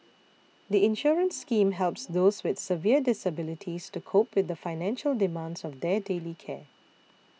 the insurance scheme helps those with severe disabilities to cope with the financial demands of their daily care